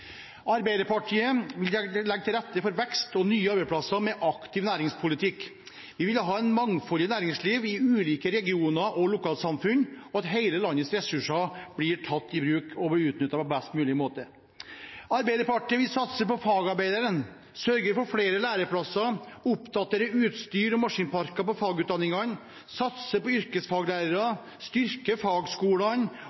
Arbeiderpartiet legger til rette for vekst og nye arbeidsplasser med aktiv næringspolitikk. Vi vil ha et mangfoldig næringsliv i ulike regioner og lokalsamfunn og at hele landets ressurser blir tatt i bruk og blir utnyttet på best mulig måte. Arbeiderpartiet vil satse på fagarbeideren, sørge for flere læreplasser, oppdatere utstyr og maskinparker på fagutdanningene, satse på yrkesfaglærere, styrke fagskolene